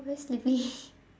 I very sleepy